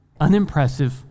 unimpressive